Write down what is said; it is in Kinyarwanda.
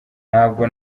ntabwo